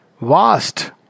vast